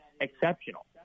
exceptional